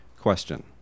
question